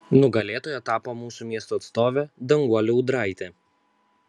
nugalėtoja tapo mūsų miesto atstovė danguolė ūdraitė